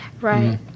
Right